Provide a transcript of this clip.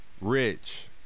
Rich